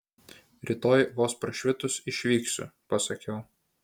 rytoj vos prašvitus išvyksiu pasakiau